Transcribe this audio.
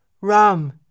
Ram